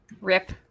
rip